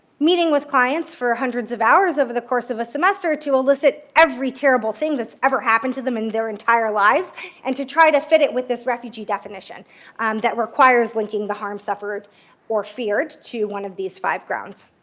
meeting with clients for hundreds of hours over the course of a semester to elicit every terrible thing that's ever happened to them in their entire lives and to try to fit it with this refugee definition that requires linking the harm suffered or feared to one of these five grounds.